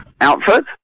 outfit